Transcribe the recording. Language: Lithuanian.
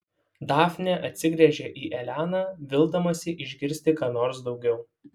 dafnė atsigręžia į eleną vildamasi išgirsti ką nors daugiau